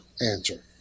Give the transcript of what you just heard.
answer